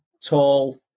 tall